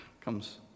comes